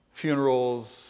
funerals